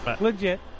legit